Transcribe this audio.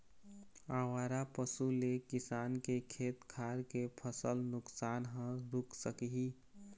आवारा पशु ले किसान के खेत खार के फसल नुकसान ह रूक सकही